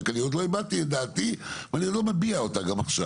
רק אני עוד לא הבעתי את דעתי ואני לא מביע אותה גם עכשיו.